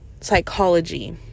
psychology